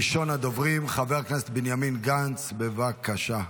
ראשון הדוברים, חבר הכנסת בנימין גנץ, בבקשה.